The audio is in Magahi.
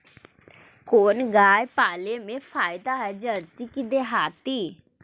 कोन गाय पाले मे फायदा है जरसी कि देहाती?